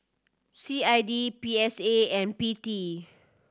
C I D P S A and P T